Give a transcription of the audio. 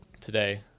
today